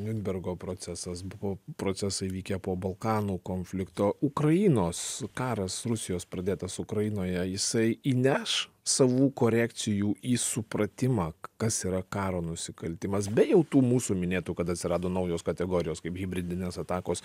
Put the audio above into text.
niunbergo procesas buvo procesai vykę po balkanų konflikto ukrainos karas rusijos pradėtas ukrainoje jisai įneš savų korekcijų į supratimą kas yra karo nusikaltimas be jau tų mūsų minėtų kad atsirado naujos kategorijos kaip hibridinės atakos